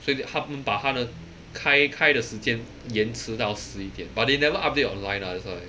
所以他们把他的开开的时间延迟到十一点 but they never update online ah that's why